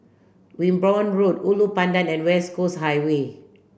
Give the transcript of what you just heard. Wimborne Road Ulu Pandan and West Coast Highway